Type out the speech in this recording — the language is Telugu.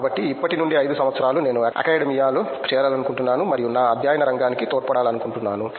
కాబట్టి ఇప్పటి నుండి 5 సంవత్సరాలు నేను అకాడెమియాలో చేరాలనుకుంటున్నాను మరియు నా అధ్యయన రంగానికి తోడ్పడాలనుకుంటున్నాను